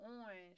on